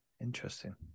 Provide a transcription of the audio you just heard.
interesting